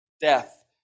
death